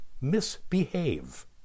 Misbehave